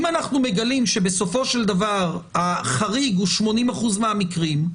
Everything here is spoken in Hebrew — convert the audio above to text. אם אנחנו מגלים שבסופו של דבר החריג הוא 80% מהמקרים,